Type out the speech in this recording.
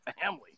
family